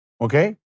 okay